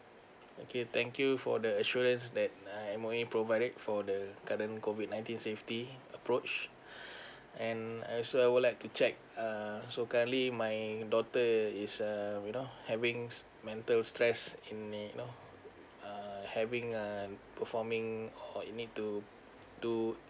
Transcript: okay thank you for the assurance that M_O_E provided for the current COVID nineteen safety approach and I also I would like to check uh so currently my daughter is um you know having mental stress in you know uh having err performing or you need to do